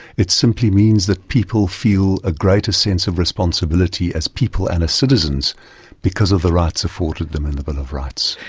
it simply means that people feel a greater sense of responsibility as people and as citizens because of the rights afforded them in the bill but of rights.